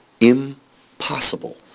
impossible